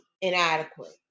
inadequate